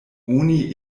oni